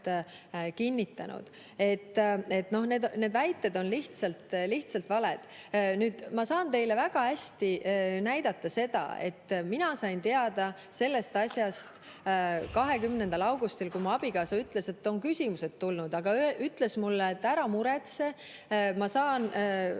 kinnitanud. Need väited on lihtsalt valed. Ma saan teile väga hästi näidata seda, et mina sain teada sellest asjast 20. augustil, kui mu abikaasa ütles, et on tekkinud küsimused, aga ta ütles mulle, et ära muretse, ma saan